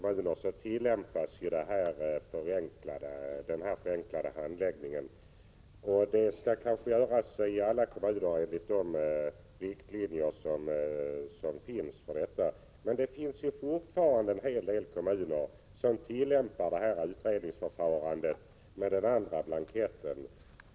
Herr talman! I de allra flesta kommuner tillämpas den förenklade handläggningen. Enligt de riktlinjer som finns skall detta ske i alla kommuner, men i en del kommuner tillämpas fortfarande utredningsförfarandet med en annan blankett.